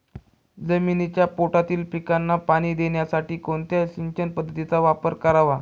जमिनीच्या पोटातील पिकांना पाणी देण्यासाठी कोणत्या सिंचन पद्धतीचा वापर करावा?